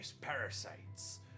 parasites